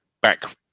back